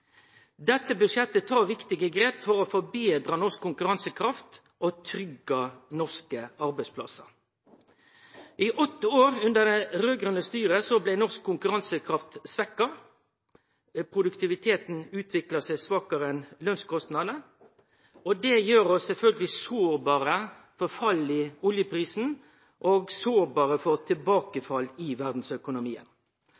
Dette budsjettet tar viktige grep for å forbetre norsk konkurransekraft og tryggje norske arbeidsplassar. I åtte år, under det raud-grøne styret, blei norsk konkurransekraft svekt, og produktiviteten utvikla seg svakare enn lønskostnadane. Det gjer oss sjølvsagt sårbare for fall i oljeprisen og sårbare for